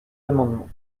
amendements